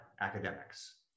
academics